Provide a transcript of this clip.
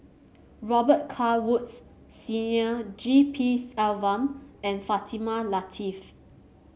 Robet Carr Woods Senior G P Selvam and Fatimah Lateef